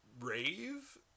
rave